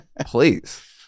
please